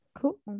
Cool